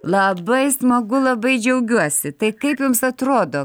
labai smagu labai džiaugiuosi tai kaip jums atrodo